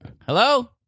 hello